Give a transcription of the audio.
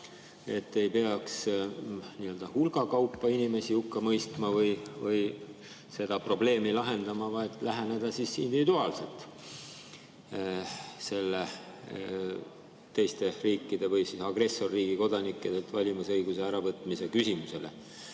et ei peaks nii-öelda hulgakaupa inimesi hukka mõistma või seda probleemi lahendama, vaid [peaks] lähenema individuaalselt teiste riikide või agressorriigi kodanike valimisõiguse äravõtmise küsimusele. Ma